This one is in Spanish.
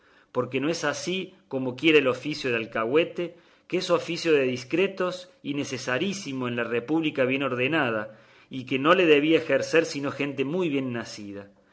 porque no es así comoquiera el oficio de alcahuete que es oficio de discretos y necesarísimo en la república bien ordenada y que no le debía ejercer sino gente muy bien nacida